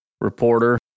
reporter